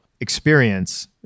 experience